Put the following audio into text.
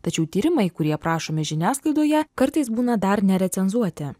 tačiau tyrimai kurie aprašomi žiniasklaidoje kartais būna dar nerecenzuoti